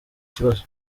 ikibazo